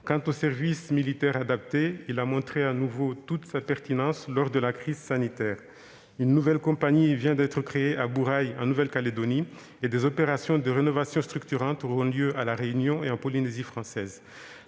Quant au service militaire adapté, il a montré toute sa pertinence lors de la crise sanitaire. Une nouvelle compagnie vient d'être créée à Bourail en Nouvelle-Calédonie, tandis que des opérations de rénovation structurante auront lieu à La Réunion et en Polynésie française.